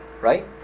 Right